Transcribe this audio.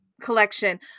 collection